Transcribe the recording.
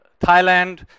Thailand